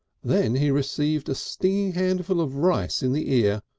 then he received a stinging handful of rice in the ear,